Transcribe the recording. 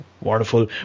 wonderful